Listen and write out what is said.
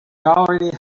already